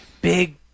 Big